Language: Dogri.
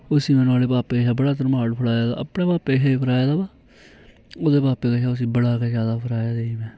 उस्सी उ'आं नोआढ़े पाप्पे शा बड़ा धरमाड़ फराए दा अपने पाप्पे शा बी फराए दा बो ओह्दे पाप्पे कशा उस्सी बड़ा गै जैदा फराए दा ऐ में